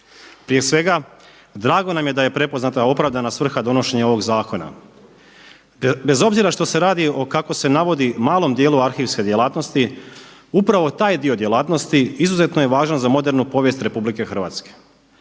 Prije svega, drago nam je da je prepoznata opravdana svrha donošenja ovog zakona. Bez obzira što se radi o kako se navodi malom dijelu arhivske djelatnosti upravo taj dio djelatnosti izuzetno je važan za modernu povijest Republike Hrvatske.